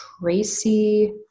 Tracy